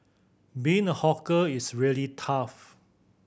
being a hawker is really tough